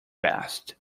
best